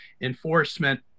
enforcement